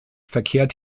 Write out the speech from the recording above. verkehrt